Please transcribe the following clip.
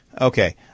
Okay